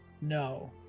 No